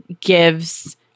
gives